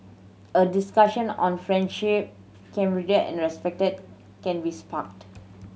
a discussion on friendship camaraderie and respect can be sparked